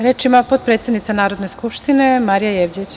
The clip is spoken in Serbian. Reč ima potpredsednica Narodne skupštine Marija Jevđić.